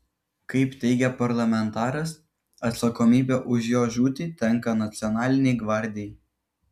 kaip teigia parlamentaras atsakomybė už jo žūtį tenka nacionalinei gvardijai